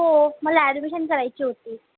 हो मला अॅडमिशन करायची होती